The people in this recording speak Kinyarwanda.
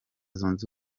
zunze